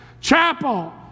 chapel